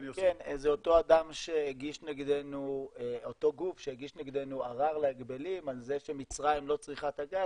זה אותו גוף שהגיש נגדנו ערר להגבלים על זה שמצרים לא צריכה את הגז.